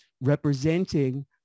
representing